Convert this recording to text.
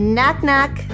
Knock-knock